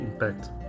impact